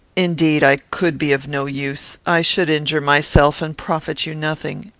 indeed, i could be of no use i should injure myself and profit you nothing.